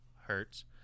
Hertz